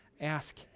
ask